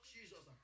Jesus